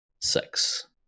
sex